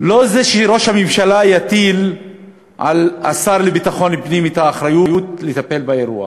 לא זה שראש הממשלה יטיל על השר לביטחון פנים את האחריות לטפל באירוע